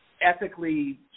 ethically